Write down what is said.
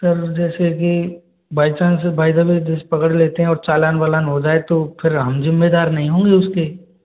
फिर जैसे कि by chance by the way जैसे पकड़ लेते हैं और चालान वालान हो जाए तो फिर हम जिम्मेदार नहीं होंगे उसके